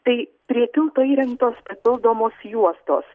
tai prie tilto įrengtos papildomos juostos